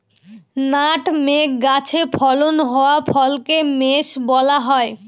nutmeg গাছে ফলন হওয়া ফলকে মেস বলা হয়